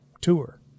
tour